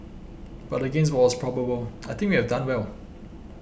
but against what was probable I think we have done well